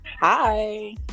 Hi